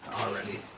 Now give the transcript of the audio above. Already